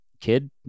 kid